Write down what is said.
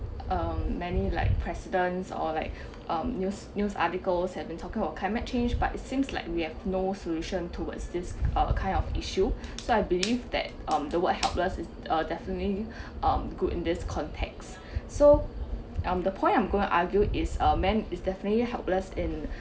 um many like presidents or like um news news articles have been talking about climate change but it seems like we have no solution towards this uh kind of issue so I believe that um the word helpless is definitely um good in this context so um the point I'm going to argue is a man is definitely a helpless in